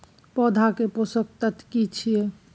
पौधा के पोषक तत्व की छिये?